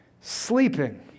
Sleeping